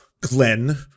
Glenn